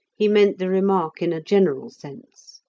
he meant the remark in a general sense.